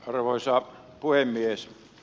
arvoisa puhemies